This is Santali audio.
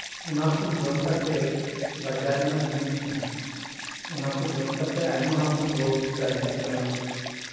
ᱚᱱᱟ ᱠᱚ ᱡᱚᱢ ᱠᱟᱛᱮ ᱵᱟᱡᱟᱨ ᱨᱮᱱᱟᱜ ᱡᱤᱱᱤᱥ ᱡᱟᱦᱟᱸ ᱚᱱᱟ ᱠᱚ ᱡᱚᱢ ᱠᱟᱛᱮ ᱟᱭᱢᱟ ᱨᱚᱠᱚᱢ ᱨᱳᱜᱽ ᱥᱤᱨᱡᱟ ᱜ ᱠᱟᱱᱟ